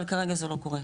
אבל כרגע זה לא קורה,